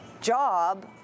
job